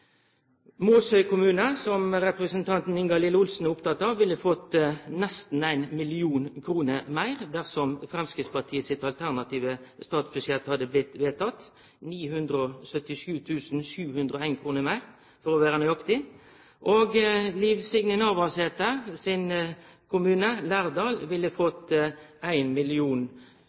Måsøy kommune, som representanten Ingalill Olsen er oppteken av, ville fått nesten 1 mill. kr meir dersom Framstegspartiet sitt alternative statsbudsjett hadde blitt vedteke – 977 701 kr meir, for å vere nøyaktig. Og Liv Signe Navarsete sin heimkommune, Lærdal, ville fått